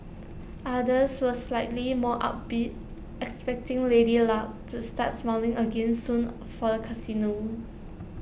others were slightly more upbeat expecting lady luck to start smiling again soon for the casinos